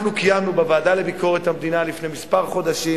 אנחנו קיימנו בוועדה לביקורת המדינה לפני חודשים